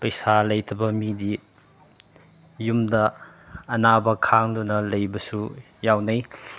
ꯄꯩꯁꯥ ꯂꯩꯇꯕ ꯃꯤꯗꯤ ꯌꯨꯝꯗ ꯑꯅꯥꯕ ꯈꯥꯡꯗꯨꯅ ꯂꯩꯕꯁꯨ ꯌꯥꯎꯅꯩ